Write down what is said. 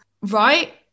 Right